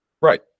Right